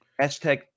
Hashtag